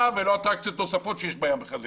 ולא על אטרקציות נוספות שיש בים בחדרה,